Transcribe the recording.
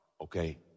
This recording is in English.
okay